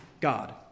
God